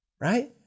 right